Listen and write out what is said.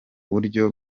buryo